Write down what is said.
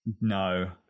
no